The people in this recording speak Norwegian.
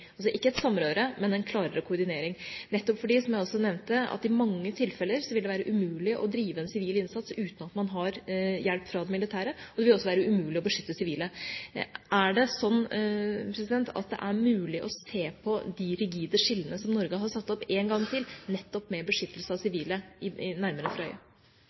altså ikke et samrøre, men en klarere koordinering, nettopp fordi, som jeg også nevnte, at det i mange tilfeller vil være umulig å drive en sivil innsats uten at man har hjelp fra det militære. Det vil også være umulig å beskytte sivile. Er det sånn at det er mulig å se på de rigide skillene som Norge har satt opp én gang til, nettopp med beskyttelse av sivile nærmere for øye? Jeg er egentlig enig i